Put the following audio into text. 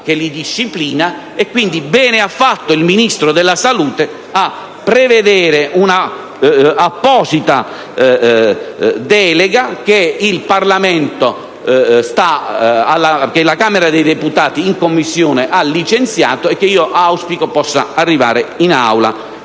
che li disciplina. Quindi, bene ha fatto il Ministro della salute a prevedere un'apposita delega, che la Camera dei deputati in Commissione ha licenziato, e che io auspico possa arrivare in Aula